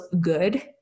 good